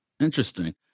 interesting